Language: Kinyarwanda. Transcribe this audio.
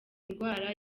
indwara